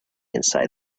inside